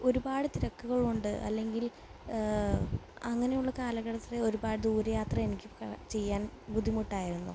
ഒരുപാട് തിരക്കുകളുണ്ട് അല്ലെങ്കിൽ അങ്ങനെയുള്ള കാലഘട്ടത്തിൽ ഒരുപാട് ദൂരയാത്ര എനിക്ക് ചെയ്യാൻ ബുദ്ധിമുട്ടായിരുന്നു